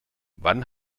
wann